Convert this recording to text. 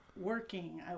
working